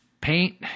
paint